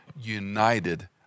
united